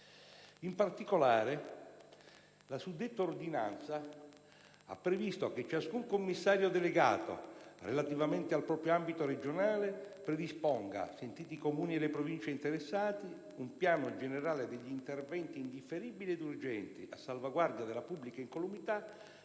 In particolare, la suddetta ordinanza ha previsto che ciascun commissario delegato, relativamente al proprio ambito regionale, predisponga - sentiti i Comuni e le Province interessati - un piano generale degli interventi indifferibili ed urgenti a salvaguardia della pubblica incolumità,